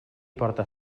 porta